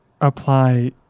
apply